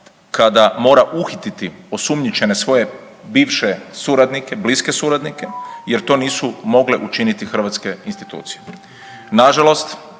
kada mora uhititi osumnjičene svoje bivše suradnike, bliske suradnike jer to nisu mogle učiniti hrvatske institucije. Na žalost